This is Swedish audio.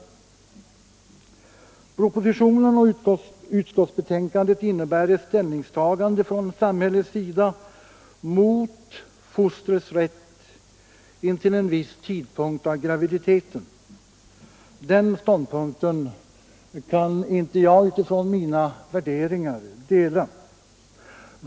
Propositionen och utskottsbetänkandet innebär ett ställningstagande från samhällets sida mot fostrets rätt intill en viss tidpunkt av graviditeten. Den ståndpunkten kan inte jag utifrån mina värderingar dela.